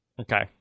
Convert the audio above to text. Okay